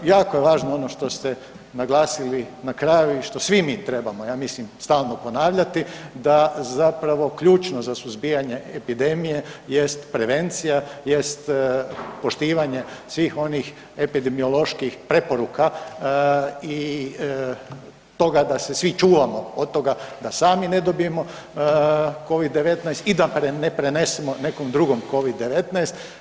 Jako je važno ono što ste naglasili na kraju i što svi mi trebamo ja mislim stalno ponavljati da zapravo ključno za suzbijanje epidemije jest prevencija, jest poštivanje svih onih epidemioloških preporuka i toga da se svi čuvamo od toga da sami ne dobijemo Covid-19 i da ne prenesemo nekom drugom Covid-19.